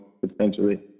potentially